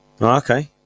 Okay